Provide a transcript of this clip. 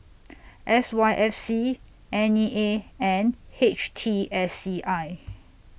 S Y F C N E A and H T S C I